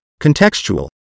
contextual